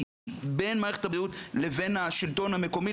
בין מערכת הבריאות לבין השלטון המקומי.